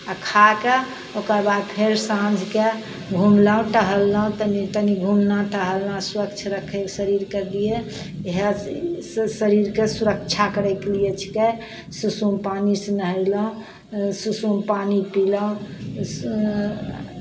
खा कऽ ओकरबाद फेर साँझकेँ घुमलहुँ टहललहुँ तनी तनी घूमना टहलना स्वच्छ रखय शरीरके लिए इएह श् शरीरके सुरक्षा करयके लिए छिकै सुसुम पानीसँ नहयलहुँ सुसुम पानी पीलहुँ स्